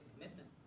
commitment